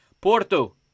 Porto